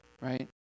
Right